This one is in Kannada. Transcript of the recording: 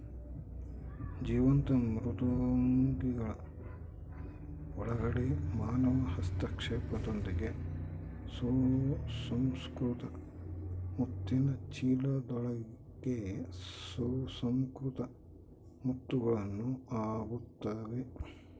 ಜೀವಂತ ಮೃದ್ವಂಗಿಗಳ ಒಳಗಡೆ ಮಾನವ ಹಸ್ತಕ್ಷೇಪದೊಂದಿಗೆ ಸುಸಂಸ್ಕೃತ ಮುತ್ತಿನ ಚೀಲದೊಳಗೆ ಸುಸಂಸ್ಕೃತ ಮುತ್ತುಗಳು ಆಗುತ್ತವೆ